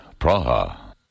Praha